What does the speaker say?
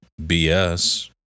BS